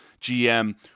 GM